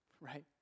right